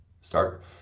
start